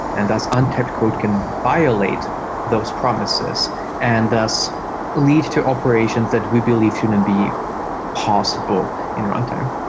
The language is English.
and thus un-typed code can violate those promises and thus lead to operations that we believe shouldn't be possible in runtime.